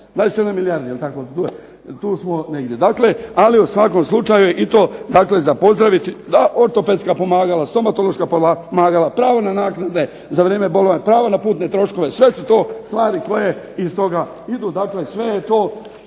Tu smo negdje. Ali u svakom slučaju je i to za pozdraviti da ortopedska pomagala, stomatološka pomogla, pravo na naknade za vrijeme bolovanja, pravo na putne troškove. Sve su to stvari koje iz toga idu, sve je to